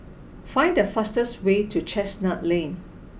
find the fastest way to Chestnut Lane